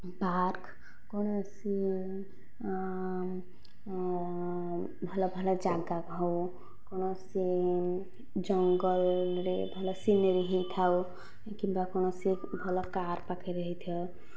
park କୌଣସି ଭଲ ଭଲ ଜାଗା ହେଉ କୌଣସି ଜଙ୍ଗଲରେ ଭଲ ସିନେରୀ ହୋଇଥାଉ କିମ୍ବା କୌଣସି ଭଲ କାର ପାଖରେ ହୋଇଥାଉ